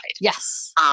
yes